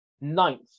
ninth